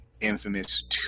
Infamous